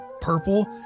purple